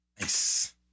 Nice